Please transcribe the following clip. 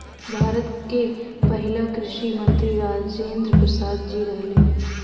भारत के पहिला कृषि मंत्री राजेंद्र प्रसाद जी रहले